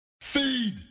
Feed